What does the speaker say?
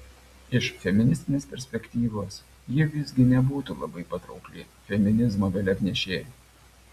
iš feministinės perspektyvos ji visgi nebūtų labai patraukli feminizmo vėliavnešė